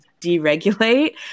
deregulate